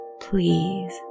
Please